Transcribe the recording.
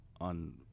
on